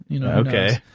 Okay